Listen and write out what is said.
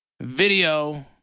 video